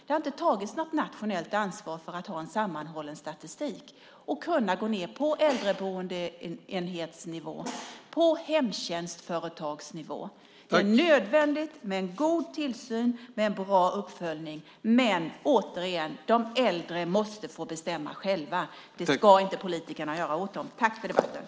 Det har inte tagits något nationellt ansvar för att ha en sammanhållen statistik och kunna gå ned på äldreboendesnivå eller hemtjänstföretagsnivå och göra jämförelser. Det är nödvändigt med en god tillsyn och bra uppföljning, men de äldre måste få bestämma själva. Det ska inte politikerna göra åt dem.